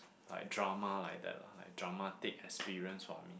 like drama like that lah like drama take experience for me